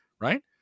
right